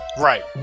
right